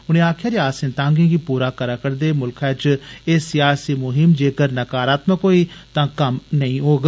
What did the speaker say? उनें आक्खेआ जे आसें तांगे गी पूरा करै रदे मुल्खै च एह् सियासी मुहीम जेकर नकारात्मक होई तां कम्म नेंई देग